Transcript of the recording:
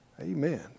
Amen